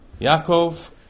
Yaakov